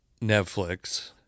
netflix